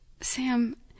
Sam